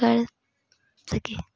کر سکے